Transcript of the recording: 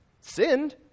sinned